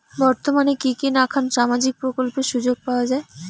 বর্তমানে কি কি নাখান সামাজিক প্রকল্পের সুযোগ পাওয়া যায়?